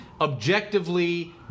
objectively